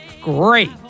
great